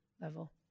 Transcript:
level